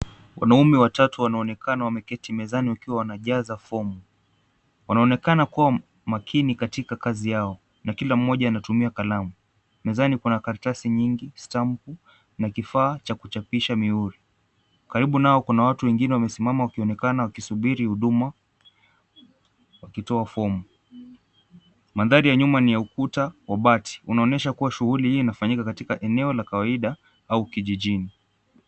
Wanaume watatu wanaonekana wameketi mezani wakiwa wanajaza form . Wanaonekana Kuwa makini katika kazi yao na kila mmoja anatumia kalamu. Mezani kuna karatasi nyingi stamp na kifaa cha kuchapisha mihuri , karibu nao Kuna watu wengine wamesimama wakisubiri huduma wakitoa form . Maandhari ya nyuma ni ya ukuta wa bati unaonyesha kuwa shughuli hii linafanyika katika eneo la kawaida au kijijini.